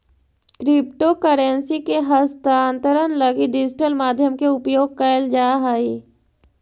crypto currency के हस्तांतरण लगी डिजिटल माध्यम के उपयोग कैल जा हइ